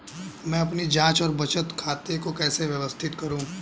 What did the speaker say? मैं अपनी जांच और बचत खाते कैसे व्यवस्थित करूँ?